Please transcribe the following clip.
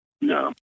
No